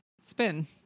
Spin